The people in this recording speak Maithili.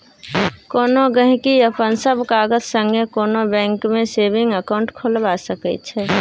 कोनो गहिंकी अपन सब कागत संगे कोनो बैंक मे सेबिंग अकाउंट खोलबा सकै छै